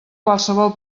qualsevol